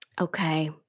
Okay